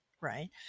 right